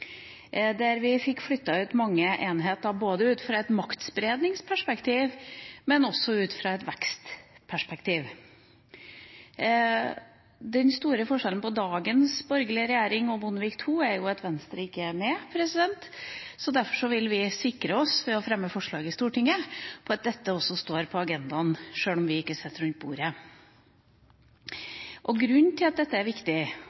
der vi fikk flyttet ut mange enheter, ut fra et maktspredningsperspektiv, men også ut fra et vekstperspektiv. Den store forskjellen mellom dagens borgerlige regjering og Bondevik II er jo at Venstre ikke er med. Derfor vil vi ved å fremme forslag i Stortinget sikre oss at dette også står på agendaen, sjøl om vi ikke sitter rundt bordet. Grunnen til at dette er viktig,